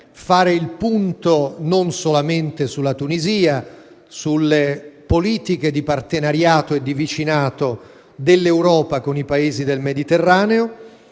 fare il punto non solamente sulla Tunisia, ma anche sulle politiche di partenariato e di vicinato dell'Europa con i Paesi del Mediterraneo.